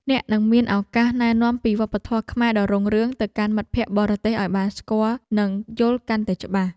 អ្នកនឹងមានឱកាសណែនាំពីវប្បធម៌ខ្មែរដ៏រុងរឿងទៅកាន់មិត្តភក្តិបរទេសឱ្យបានស្គាល់និងយល់កាន់តែច្បាស់។